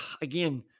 again